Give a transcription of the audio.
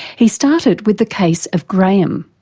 he started with the case of graham,